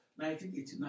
1989